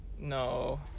No